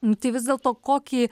nu tai vis dėlto kokį